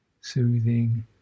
soothing